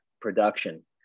production